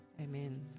Amen